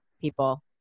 people